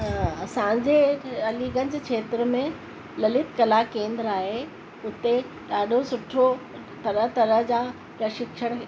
असांजे अलीगंज खेत्र में ललित कला केंद्र आहे उते ॾाढो सुठो तरह तरह जा प्रिक्षिशण